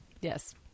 Yes